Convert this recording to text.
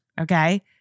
okay